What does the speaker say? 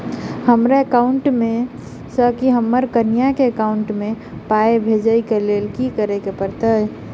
हमरा एकाउंट मे सऽ हम्मर कनिया केँ एकाउंट मै पाई भेजइ लेल की करऽ पड़त?